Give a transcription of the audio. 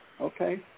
okay